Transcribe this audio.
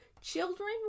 Children